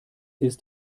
ist